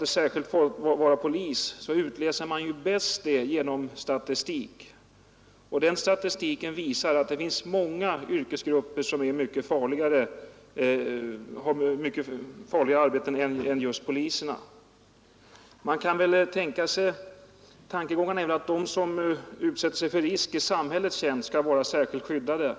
detta särskilt skulle gälla poliser vill jag påpeka att de verkliga förhållandena ju bäst utläses genom statistik, och statistiken visar att det finns många yrkesgrupper som har mycket farligare arbeten än just poliserna. Tankegången är väl att de som utsätter sig för risk i samhällets tjänst skall vara särskilt skyddade.